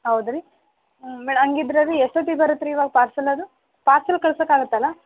ಹೌದು ರೀ ಹ್ಞೂ ಮೇಡ ಹಂಗಿದ್ರೆ ರೀ ಎಷ್ಟೊತ್ತಿಗೆ ಬರುತ್ತೆ ರೀ ಇವಾಗ ಪಾರ್ಸಲ್ ಅದು ಪಾರ್ಸಲ್ ಕಳ್ಸೋಕೆ ಆಗತ್ತಲ್ಲ